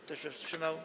Kto się wstrzymał?